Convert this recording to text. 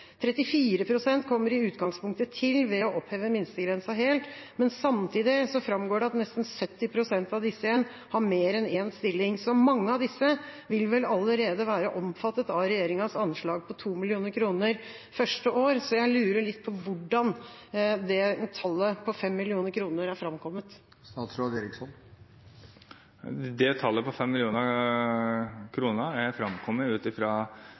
kommer i utgangspunktet til ved å oppheve minstegrensa helt. Samtidig framgår det at nesten 70 pst. av disse igjen har mer enn én stilling, så mange av disse vil vel allerede være omfattet av regjeringas anslag på 2 mill. kr første år. Jeg lurer litt på hvordan det tallet på 5 mill. kr er framkommet. Tallet på 5 mill. kr er fremkommet ut